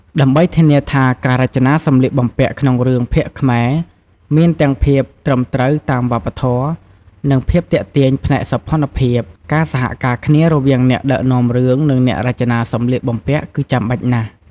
ដើម្បីធានាថាការរចនាសម្លៀកបំពាក់ក្នុងរឿងភាគខ្មែរមានទាំងភាពត្រឹមត្រូវតាមវប្បធម៌ និងភាពទាក់ទាញផ្នែកសោភ័ណភាព ការសហការគ្នារវាងអ្នកដឹកនាំរឿងនឹងអ្នករចនាសម្លៀកបំពាក់គឺចាំបាច់ណាស់ ។